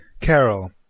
Carol